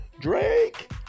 Drake